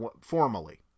formally